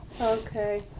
Okay